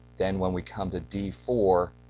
then when we come to d four,